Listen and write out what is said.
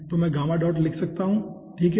तो मैं लिख सकता हूँ ठीक है